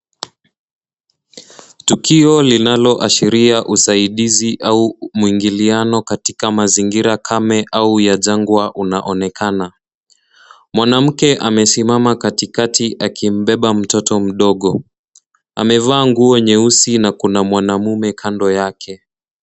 Tukio linaloashiria usaidizi au muingiliano katika mazingira kame au ya jangwa unaonekana. Mwanamke amesimama katikati akimbeba mtoto mdogo. Amevaa nguo nyeusi na kuna mwanaume kando yake.